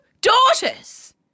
daughters